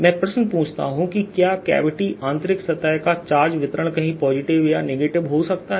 मैं प्रश्न पूछता हूं क्या कैविटी आंतरिक सतह का चार्ज वितरण कहीं पॉजिटिव या नेगेटिव हो सकता है